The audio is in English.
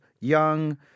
young